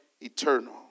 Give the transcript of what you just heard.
eternal